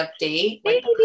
update